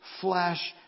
flesh